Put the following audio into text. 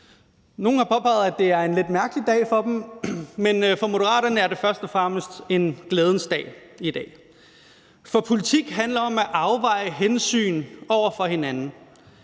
Nogle har påpeget, at det er en lidt mærkelig dag for dem, men for Moderaterne er det først og fremmest en glædens dag i dag. For politik handler om at afveje hensyn over for hinanden.